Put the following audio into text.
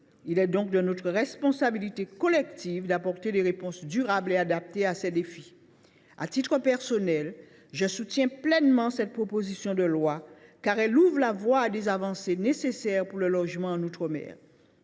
Il est donc de notre responsabilité collective d’apporter des réponses durables et adaptées aux défis qui nous font face. À titre personnel, je soutiens pleinement cette proposition de loi, car elle ouvre la voie à des avancées nécessaires pour le logement en outre mer.